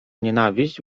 nienawiść